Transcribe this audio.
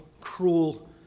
cruel